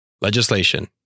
Legislation